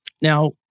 Now